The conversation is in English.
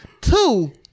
Two